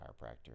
chiropractor